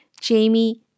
Jamie